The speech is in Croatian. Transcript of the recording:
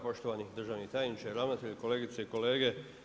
Poštovani državni tajniče, ravnatelju, kolegice i kolege.